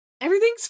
everything's